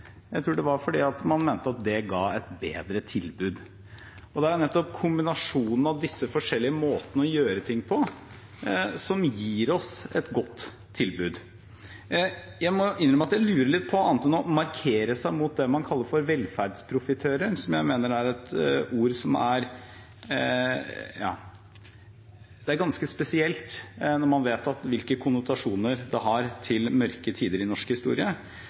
Jeg tror det var fordi man mente at det ga et bedre tilbud. Det er nettopp kombinasjonen av disse forskjellige måtene å gjøre ting på, som gir oss et godt tilbud. Jeg må innrømme at jeg lurer litt på det – annet enn å markere seg mot det man kaller for velferdsprofitører, som jeg mener er et ord som er, ja, ganske spesielt når man vet hvilke konnotasjoner det har til mørke tider i norsk historie